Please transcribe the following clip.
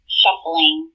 shuffling